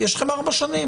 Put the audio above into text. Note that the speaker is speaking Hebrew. יש לכם 4 שנים,